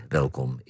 welkom